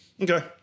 Okay